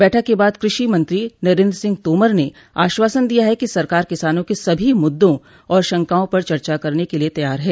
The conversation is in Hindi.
बैठक के बाद कृषि मंत्री नरेंद्र सिंह तोमर ने आश्वासन दिया कि सरकार किसानों के सभी मुददों और शंकाओं पर चर्चा के लिए तैयार है